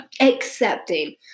accepting